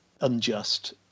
unjust